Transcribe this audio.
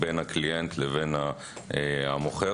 בין הקליינט לבין המוכר.